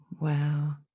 Wow